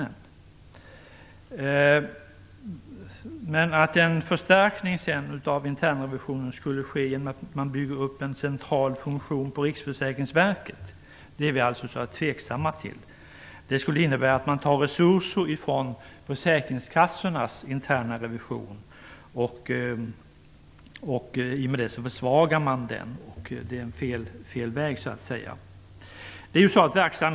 Men vi är tveksamma till att en förstärkning av internrevisionen skulle ske genom att man bygger upp en central funktion på Riksförsäkringsverket. Det skulle innebära att man tar resurser ifrån försäkringskassornas interna revision. I och med det försvagar man den. Det är fel väg att gå.